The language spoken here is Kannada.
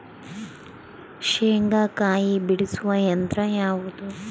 ಶೇಂಗಾಕಾಯಿ ಬಿಡಿಸುವ ಯಂತ್ರ ಯಾವುದು?